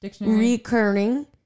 Recurring